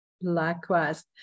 Likewise